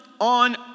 on